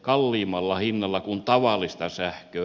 kalliimmalla hinnalla kuin tavallista sähköä